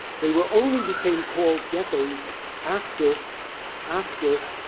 they were only became called ghettos after after